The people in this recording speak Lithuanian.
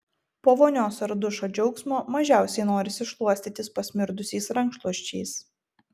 po vonios ar dušo džiaugsmo mažiausiai norisi šluostytis pasmirdusiais rankšluosčiais